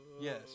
Yes